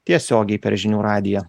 tiesiogiai per žinių radiją